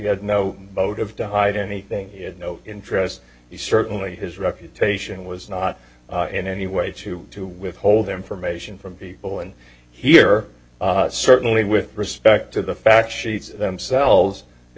had no motive to hide anything he had no interest he certainly his reputation was not in any way to to withhold information from people and here certainly with respect to the fact sheets themselves